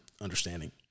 understanding